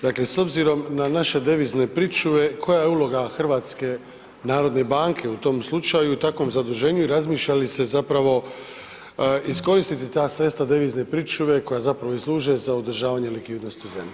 Dakle, s obzirom na naše devizne pričuve, koja je uloga HNB-a u tom slučaju u takvom zaduženju i razmišlja li se zapravo iskoristiti ta sredstva devizne pričuve koja zapravo i služe za održavanje likvidnosti u zemlji?